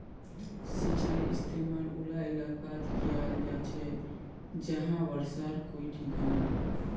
सिंचाईर इस्तेमाल उला इलाकात कियाल जा छे जहां बर्षार कोई ठिकाना नी